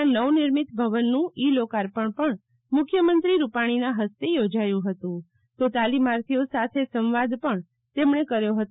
ના નવનિર્મિત ભવનનું ઇ લોકાર્પણ પણ મુખ્યમંત્રી રૂપાણીના હસ્તે યોજાયું હતું તો તાલીમાર્થીઓ સાથે સંવાદ પણ તેમણે કર્યો હતો